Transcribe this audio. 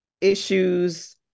issues